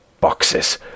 boxes